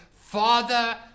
Father